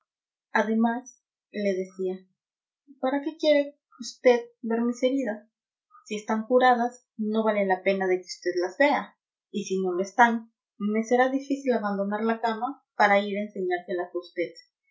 costumbres además le decía para qué quiere usted ver mis heridas si están curadas no vale la pena de que usted las vea y si no lo están me será difícil abandonar la cama para ir a enseñárselas a usted